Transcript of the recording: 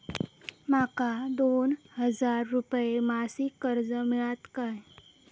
माका दोन हजार रुपये मासिक कर्ज मिळात काय?